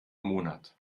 monat